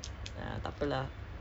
then how